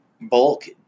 bulk